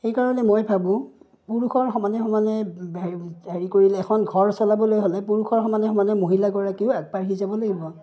সেইকাৰণে মই ভাবোঁ পুৰুষৰ সমানে সমানে হেৰি হেৰি কৰিলে এখন ঘৰ চলাবলৈ হ'লে পুৰুষৰ সমানে সমানে মহিলাগৰাকীও আগবাঢ়ি যাব লাগিব